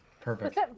Perfect